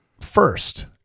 first